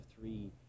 three